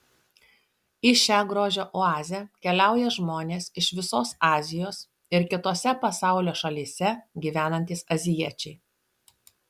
į šią grožio oazę keliauja žmonės iš visos azijos ir kitose pasaulio šalyse gyvenantys azijiečiai